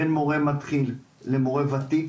בין מורה מתחיל למורה ותיק,